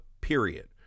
period